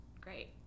great